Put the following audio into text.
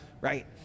right